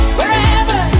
wherever